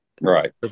Right